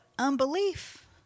Unbelief